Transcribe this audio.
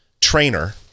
trainer